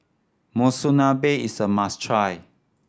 monsunabe is a must try